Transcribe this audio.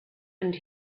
and